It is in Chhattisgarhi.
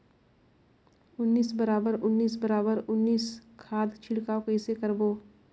उन्नीस बराबर उन्नीस बराबर उन्नीस खाद छिड़काव कइसे करबो?